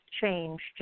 changed